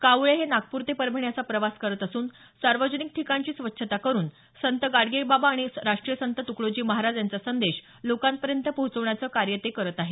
कावळे हे नागपूर ते परभणी असा प्रवास करत असून सार्वजनिक ठिकाणची स्वच्छता करून संत गाडगेबाबा आणि राष्ट्रीय संत त्रकडोजी महाराज यांचा संदेश लोकांपर्यंत पोहचवण्याचं कार्य ते करत आहेत